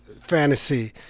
fantasy